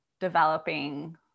developing